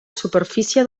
superfície